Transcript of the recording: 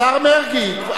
השר מרגי.